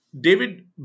David